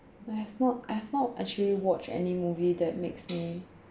but I have not I have not actually watch any movie that makes me